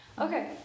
Okay